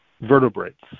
vertebrates